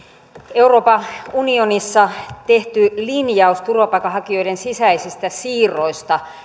euroopan unionissa tehty linjaus turvapaikanhakijoiden sisäisistä siirroista